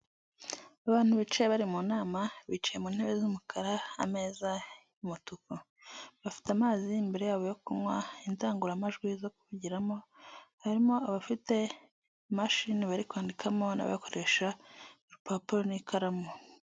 Abantu bicaye bari mu nama, bicaye mu ntebe z'umukara ameza y'umutuku. Bafite amazi imbere yabo yo kunywa, indangururamajwi zo kuvugiramo, harimo abafite imashini bari kwandikamo n'abari gukoresha urupapuro n'ikaramu.